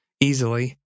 easily